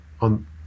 on